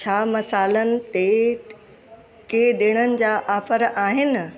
छा मसाल्हनि तेट के डि॒णनि जा आफ़र आहिनि